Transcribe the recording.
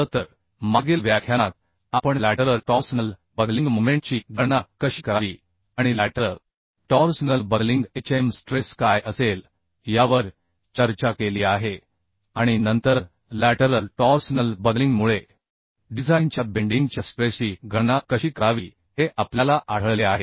खरं तर मागील व्याख्यानात आपण लॅटरल टॉर्सनल बकलिंग मोमेंटची गणना कशी करावी आणि लॅटरल टॉर्सनल बकलिंग स्ट्रेस काय असेल यावर चर्चा केली आहे आणि नंतर लॅटरल टॉर्सनल बकलिंगमुळे डिझाइनच्या बेंडिंग च्या स्ट्रेसची गणना कशी करावी हे आपल्याला आढळले आहे